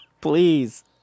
please